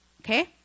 Okay